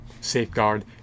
safeguard